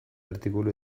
artikulu